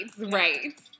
right